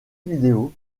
vidéo